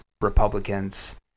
Republicans